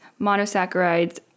monosaccharides